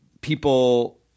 people